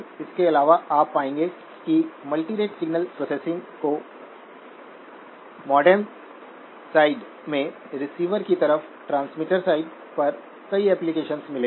इसके अलावा आप पाएंगे कि मल्टीरेट सिग्नल प्रोसेसिंग को मॉडेम साइड में रिसीवर साइड में ट्रांसमीटर साइड पर कई एप्लिकेशन मिले हैं